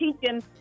teaching